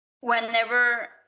whenever